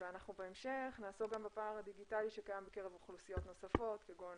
בהמשך אנחנו נעסוק גם בפער הדיגיטלי שקיים בקרב אוכלוסיות נוספות כגון